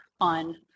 on